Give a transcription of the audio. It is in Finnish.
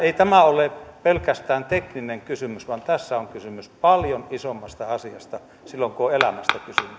ei tämä ole pelkästään tekninen kysymys vaan tässä on kysymys paljon isommasta asiasta kun on elämästä